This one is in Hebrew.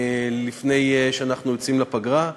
לפני שאנחנו יוצאים לפגרה.